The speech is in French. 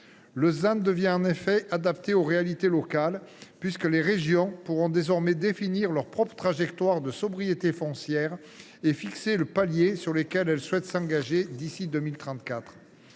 intelligent et adapté aux réalités locales. Les régions pourront ainsi désormais définir leur propre trajectoire de sobriété foncière et fixer le palier sur lequel elles souhaitent s’engager d’ici à 2034.